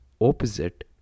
opposite